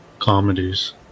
comedies